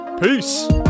Peace